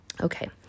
Okay